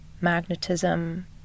magnetism